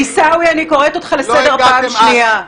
--- עיסאווי, אני קוראת אותך לסדר בפעם השנייה.